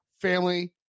family